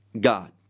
God